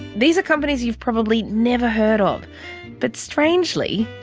these are companies you've probably never heard of but, strangely,